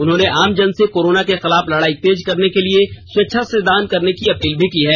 उन्होंने आम जन से कोरोना के खिलाफ लडाई तेज करने के लिए स्वेच्छा से दान करने की अपील भी की है